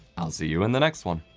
i'll see you in the next one.